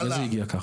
זה הגיע ככה.